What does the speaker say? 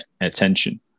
attention